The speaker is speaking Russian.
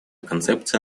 концепция